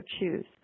choose